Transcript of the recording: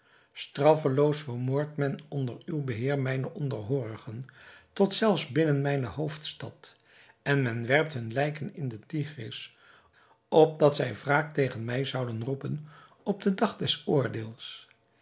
straffeloos vermoordt men onder uw beheer mijne onderhoorigen tot zelfs binnen mijne hoofdstad en men werpt hunne lijken in den tigris opdat zij wraak tegen mij zouden roepen op den dag des oordeels